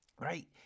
right